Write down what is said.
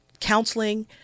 counseling